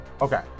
Okay